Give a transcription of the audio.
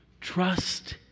Trust